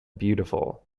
beautiful